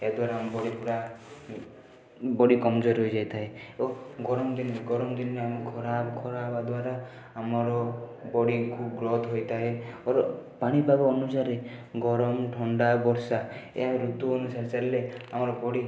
ଏହାଦ୍ୱାରା ଆମ ବଡ଼ି ପୂରା ବଡ଼ି କମଜୋର ହୋଇ ଯାଇଥାଏ ଓ ଗରମଦିନ ଗରମଦିନେ ଆମକୁ ଖରା ଖରା ହେବାଦ୍ୱାରା ଆମର ବଡ଼ିକୁ ଗ୍ରୋଥ୍ ହୋଇଥାଏ ଅର ପାଣିପାଗ ଅନୁସାରେ ଗରମ ଥଣ୍ଡା ବର୍ଷା ଏହା ଋତୁ ଅନୁସାରେ ଚାଲିଲେ ଆମର ବଡ଼ି